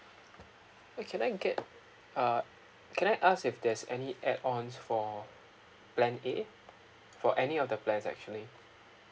can I get uh can I ask if there's any add-ons for plan A for any of the plans actually